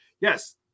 yes